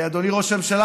אדוני ראש הממשלה,